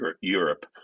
europe